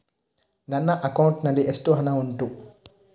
ನನ್ನ ಅಕೌಂಟ್ ನಲ್ಲಿ ಎಷ್ಟು ಹಣ ಉಂಟು?